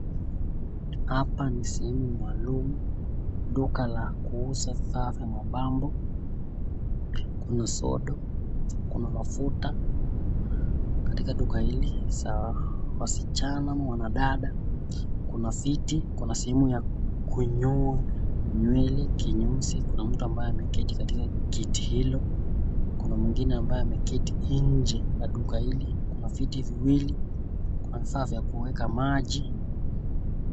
Hapa ni sehemu maalumu, duka la kuuza safi mabango, kuna soda, kuna mafuta katika duka hili za wasichana wanadada. Kuna viti kuna, sehemu ya kunyoa nywele kinyozi. Kuna mtu ambaye ameketi katika kiti hilo, kuna mwingine ambaye ameketi nje ya duka hili. Kuna viti viwili na kuna vifaa vya kueka maji.